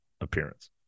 appearance